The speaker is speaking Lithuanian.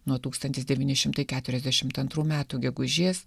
nuo tūkstantis devyni šimtai keturiasdešimt antrų metų gegužės